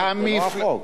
לא החוק.